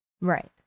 Right